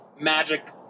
magic